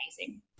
amazing